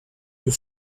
you